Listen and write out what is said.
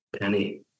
penny